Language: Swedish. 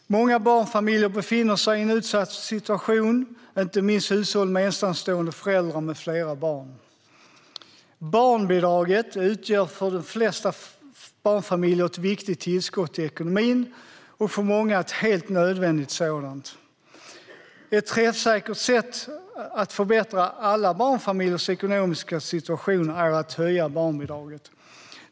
Många barnfamiljer befinner sig i en utsatt situation, inte minst hushåll med en ensamstående förälder med flera barn. Barnbidraget utgör för de flesta barnfamiljer ett viktigt tillskott i ekonomin, för många ett helt nödvändigt sådant. Ett träffsäkert sätt att förbättra alla barnfamiljers ekonomiska situation är därför att höja barnbidraget.